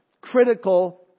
critical